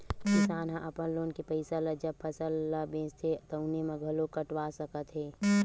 किसान ह अपन लोन के पइसा ल जब फसल ल बेचथे तउने म घलो कटवा सकत हे